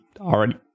already